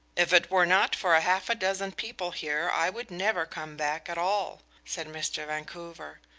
if it were not for half a dozen people here, i would never come back at all, said mr. vancouver.